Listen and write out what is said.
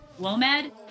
WOMED